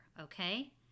okay